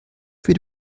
für